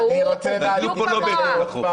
הוא בדיוק כמוה ההבדל?